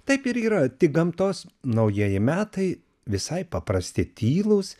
taip ir yra tik gamtos naujieji metai visai paprasti tylūs